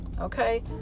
okay